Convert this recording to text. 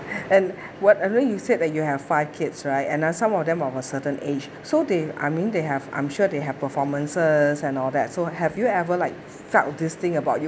and whatever you said that you have five kids right and ah some of them of a certain age so they I mean they have I'm sure they have performances and all that so have you ever like felt this thing about you